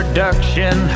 Production